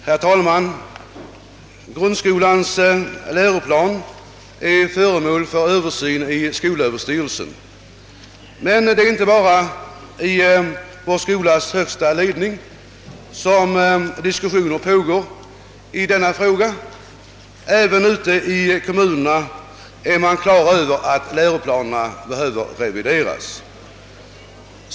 Herr talman! Grundskolans läroplan är föremål för översyn i skolöverstyrelsen. Men det är inte bara i vår skolas högsta ledning diskussioner pågår i denna fråga. Även ute i kommunerna är man klar över att läroplanerna behöver revideras.